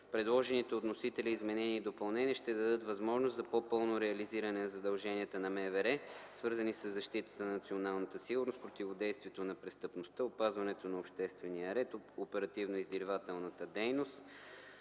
Предложените от вносителите изменения и допълнения ще дадат възможност за по-пълно реализиране задълженията на Министерството на вътрешните работи, свързани със защитата на националната сигурност, противодействието на престъпността, опазването на обществения ред, оперативно-издирвателната дейност